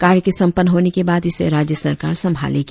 कार्य के संपन्न होने के बाद इसे राज्य सरकार संभालेगी